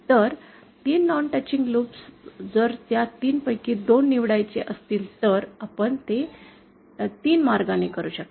तर 3 non touching loop जर त्या 3 पैकी 2 निवडायचे असतील तर आपण ते 3 मार्गांनी करू शकतो